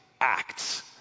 acts